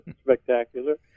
spectacular